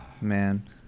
man